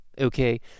Okay